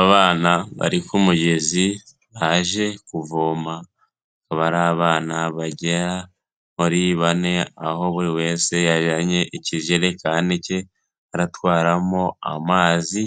Abana bari ku mugezi baje kuvoma akaba ari abana bagera muri bane, aho buri wese yajyanye ikijerekani cye aratwaramo amazi,